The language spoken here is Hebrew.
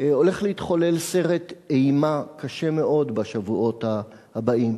עתיד להתחולל סרט אימה קשה מאוד בשבועות הבאים.